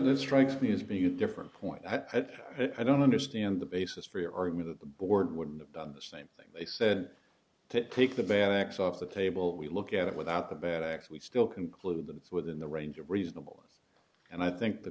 this strikes me as being a different point i don't understand the basis for your argument that the board would have done the same thing they said to take the bad acts off the table we look at it without the bad acts we still conclude that it's within the range of reasonable and i think the